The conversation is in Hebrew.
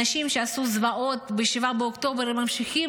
אנשים שעשו זוועות ב-7 באוקטובר ממשיכים